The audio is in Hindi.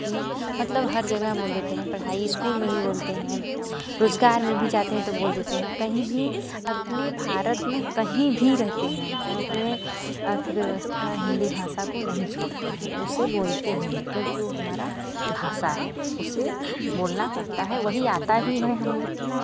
में मतलब हर जगह बोल देते हैं पढ़ाई स्कूल में भी बोलते हैं रोज़गार में भी जाते हैं तो बोल देते हैं कहीं भी अपने भारत में कहीं भी रहते हैं अपने अर्थव्यवस्था हिंदी भाषा को नहीं छोड़ते हैं उसे बोलते हैं क्योंकि हमारा भाषा है उसे बोलना पड़ता है वही आता भी है हमें